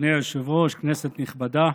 אדוני היושב-ראש, כנסת נכבדה,